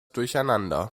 durcheinander